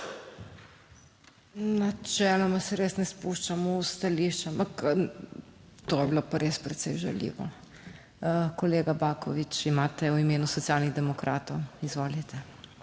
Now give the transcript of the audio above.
Načeloma se res ne spuščam v stališče, ampak to je bilo pa res precej žaljivo, no. Kolega Baković imate v imenu Socialnih demokratov, izvolite.